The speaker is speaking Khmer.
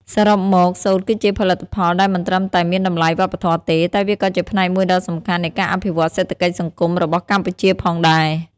សរុបមក សូត្រគឺជាផលិតផលដែលមិនត្រឹមតែមានតម្លៃវប្បធម៌ទេ តែវាក៏ជាផ្នែកមួយដ៏សំខាន់នៃការអភិវឌ្ឍសេដ្ឋកិច្ចសង្គមរបស់កម្ពុជាផងដែរ។